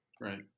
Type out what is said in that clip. Right